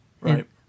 Right